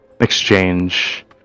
exchange